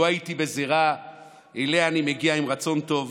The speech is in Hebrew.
הייתי בזירה שאליה אני מגיע עם רצון טוב,